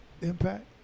impact